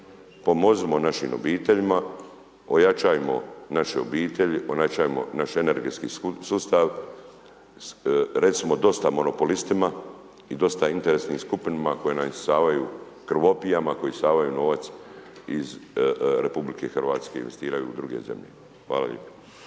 Pomozimo našim obiteljima, ojačajmo naše obitelji, ojačajmo naš energetski sustav. Recimo dosta monopolistima i dosta interesnim skupinama koji nam isisavaju, krvopijama koji isisavaju novac iz RH i investiraju u druge zemlje. Hvala lijepo.